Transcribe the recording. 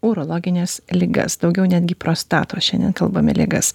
urologines ligas daugiau netgi prostatos šiandien kalbame ligas